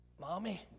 Mommy